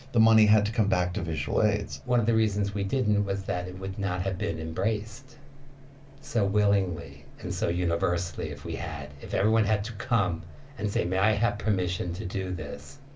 the money had to come back to visual aids one of the reasons we didn't was that it would not have been embraced so willingly and so universally if we had. if everyone had to come and say, may i have permission to do this,